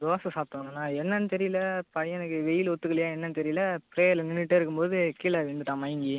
தோசை சாப்பிட்டு வந்தானா என்னன்னு தெரியல பையனுக்கு வெயில் ஒத்துக்கலையா என்னன்னு தெரியல ப்ரேயர்ல நின்னுகிட்டே இருக்கும் போது கீழே விழுந்துட்டான் மயங்கி